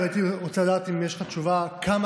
הייתי רוצה לדעת אם יש לך תשובה על השאלה כמה